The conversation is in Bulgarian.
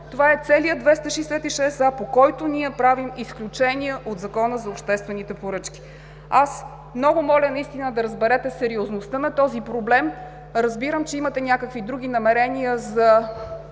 Това е целият чл. 266а, по който ние правим изключения от Закона за обществените поръчки. Много моля наистина да разберете сериозността на този проблем. Разбирам, че имате някакви други намерения за